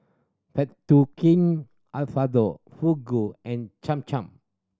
Fettuccine Alfredo Fugu and Cham Cham